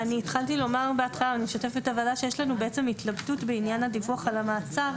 אני אשתף את הוועדה שיש לנו בעצם התלבטות בעניין הדיווח על המעצר,